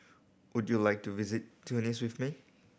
would you like to visit Tunis with me